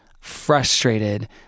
frustrated